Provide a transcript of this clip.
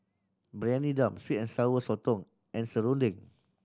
Briyani Dum sweet and Sour Sotong and serunding